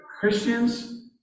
Christians